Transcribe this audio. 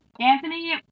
Anthony